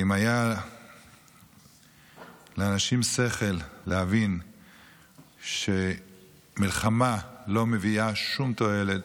אם היה לאנשים שכל להבין שמלחמה לא מביאה שום תועלת,